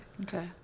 Okay